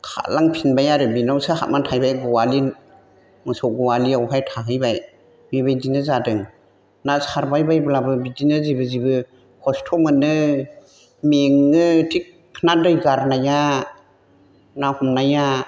खारलांफिनबाय आरो बिनावसो हाबनानै थाहैबाय गलि मोसौ गलियावहाय थाहैबाय बेबायदिनो जादों ना सारबाय बायब्लाबो बिदिनो जेबो जेबो खस्थ' मोनो मेङो थिखोना दै गारनाया ना हमनाया